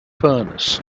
furnace